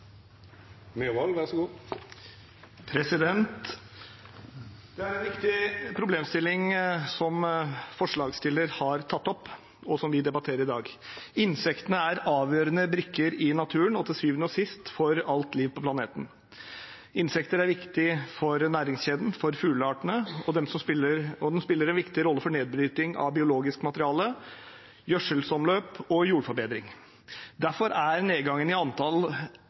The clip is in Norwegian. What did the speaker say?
viktig problemstilling som forslagsstilleren har tatt opp, og som vi debatterer i dag. Insektene er avgjørende brikker i naturen og til syvende og sist for alt liv på planeten. Insekter er viktig for næringskjeden og for fugleartene, og de spiller en viktig rolle for nedbryting av biologisk materiale, gjødselomløp og jordforbedring. Derfor er nedgangen i